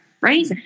Right